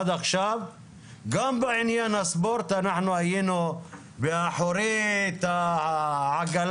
עד עכשיו גם בעניין הספורט אנחנו היינו באחורית העגלה,